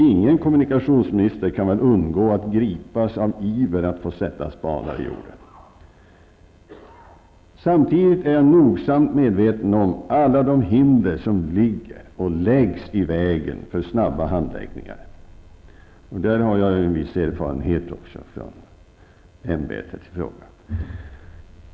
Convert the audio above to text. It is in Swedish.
Ingen kommunikationsminister kan väl undgå att gripas av iver att få sätta spaden i jorden. Samtidigt är jag nogsamt medveten om alla de hinder som ligger och läggs i vägen för snabba handläggningar. Där har jag också en viss erfarenhet från ämbetet i fråga.